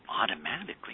automatically